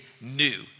new